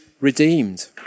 redeemed